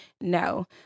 no